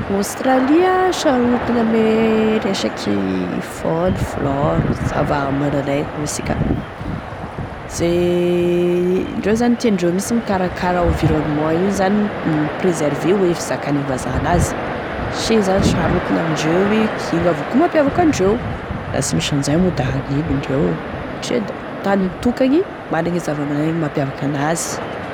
Australie a sarotony e ame resaky faune, flore, zava-mananaina hoy isika, ze indreo zany tiandreo mihisy e mikarakara environnement io zany mi mipréserver hoe fizakane vazaha n'azy, she zany sarotiny amindreo igny, igny avao koa mampiavaky andreo, laha sy misy an'izay moa da hagnino indreo, ndre da tany mitokany managny e zava-mananaigny mampiavaky an'azy.